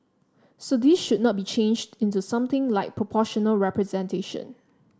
so this should not be changed into something like proportional representation